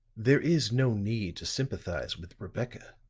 there is no need to sympathize with rebecca,